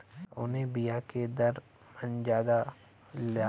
कवने बिया के दर मन ज्यादा जाला?